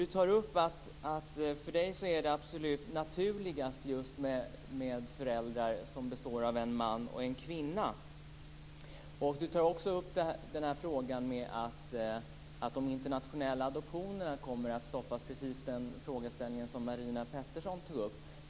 Hon tar upp att det för henne är absolut naturligast med en man och en kvinna som föräldrar. Hon tar också upp att de internationella adoptionerna kommer att stoppas, den frågeställning som Marina Pettersson tog upp.